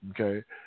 Okay